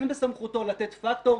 אין בסמכותו לתת פקטור,